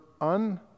un-